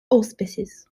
auspices